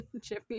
Jimmy